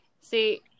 See